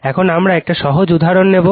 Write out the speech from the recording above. এখন আমরা একটি সহজ উদাহরণ নেব